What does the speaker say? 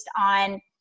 on